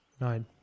Nine